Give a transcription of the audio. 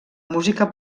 música